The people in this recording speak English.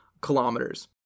kilometers